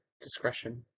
discretion